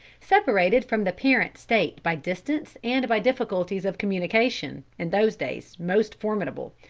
separated from the parent state by distance and by difficulties of communication, in those days most formidable,